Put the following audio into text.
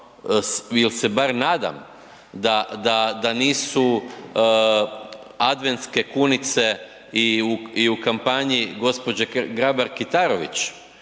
ili se bar nadam da nisu adventske kunice i u kampanji gospođe Grabar Kitarović